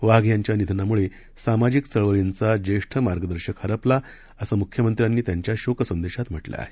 वाघ यांच्या निधनामुळे सामाजिक चळवळींचा ज्येष्ठ मार्गदर्शक हरपला असं मुख्यमंत्र्यांनी त्यांच्या शोकसंदेशात म्हटलं आहे